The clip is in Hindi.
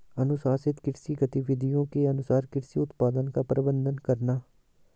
अनुशंसित कृषि गतिविधियों के अनुसार कृषि उत्पादन का प्रबंधन करना